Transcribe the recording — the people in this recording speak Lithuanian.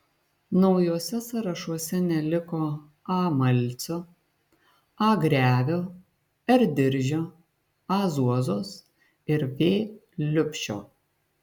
naujuose sąrašuose neliko a malcio a grevio r diržio a zuozos ir v liubšio